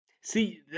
See